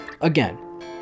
Again